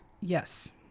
Yes